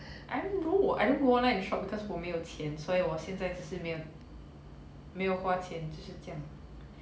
I don't know I don't go online and shop because 我没有钱所以我现在只是没有没有花钱就是这样